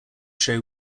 show